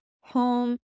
home